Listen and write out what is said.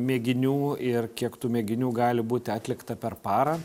mėginių ir kiek tų mėginių gali būti atlikta per parą